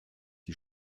die